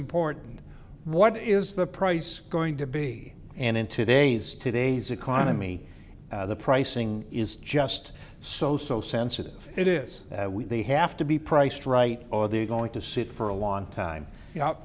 important what is the price going to be and in today's today's economy the pricing is just so so sensitive it is they have to be priced right or they're going to sit for a long time